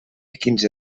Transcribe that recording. quinze